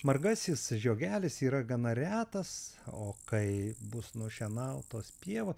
margasis žiogelis yra gana retas o kai bus nušienautos pievo